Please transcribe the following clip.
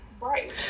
Right